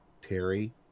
Terry